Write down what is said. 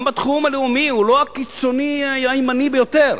גם בתחום הלאומי הוא לא הקיצוני הימני ביותר.